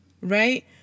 right